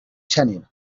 channel